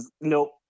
nope